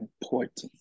important